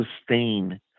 sustain